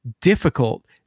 difficult